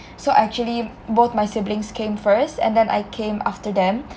so actually both my siblings came first and then I came after them